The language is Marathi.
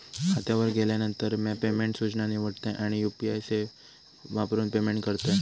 खात्यावर गेल्यानंतर, म्या पेमेंट सूचना निवडतय आणि यू.पी.आई वापरून पेमेंट करतय